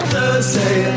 Thursday